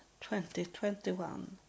2021